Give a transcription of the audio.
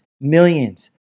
Millions